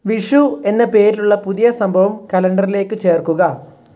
വിഷു എന്ന പേരിലുള്ള പുതിയ സംഭവം കലണ്ടറിലേക്ക് ചേർക്കുക